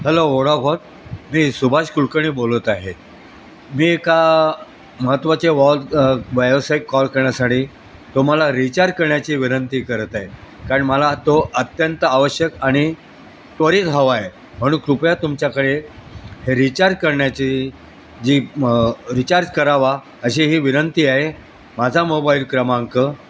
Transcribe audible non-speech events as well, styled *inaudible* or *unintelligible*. hello *unintelligible* मी सुभाष कुलकर्णी बोलत आहे मी एका महत्त्वाचे वॉल व्यावसायिक कॉल करण्यासाठी तुम्हाला रिचार करण्याची विनंती करत आहे कारण मला तो अत्यंत आवश्यक आणि त्वरित हवा आहे म्हणून कृपया तुमच्याकडे हे रिचार करण्याची जी मं रिचार्ज करावा अशी ही विनंती आहे माझा मोबाईल क्रमांक